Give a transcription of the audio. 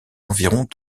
environs